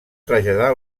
traslladar